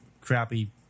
crappy